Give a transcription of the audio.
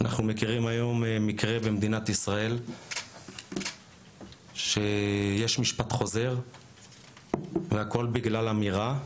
אנחנו מכירים היום מקרה במדינת ישראל שיש משפט חוזר והכול בגלל אמירה,